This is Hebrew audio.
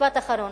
משפט אחרון.